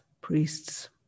priests